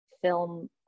film